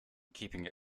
keeping